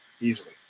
easily